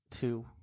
Two